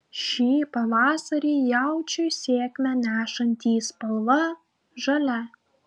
šį pavasarį jaučiui sėkmę nešantį spalva žalia